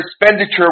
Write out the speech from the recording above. expenditure